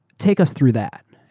take us through that.